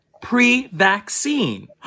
pre-vaccine